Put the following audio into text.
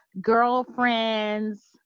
girlfriend's